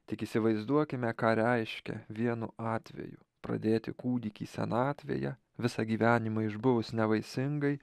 tik įsivaizduokime ką reiškia vienu atveju pradėti kūdikį senatvėje visą gyvenimą išbuvus nevaisingai